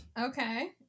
Okay